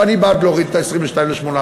ואני בעד להוריד את ה-22 ל-18,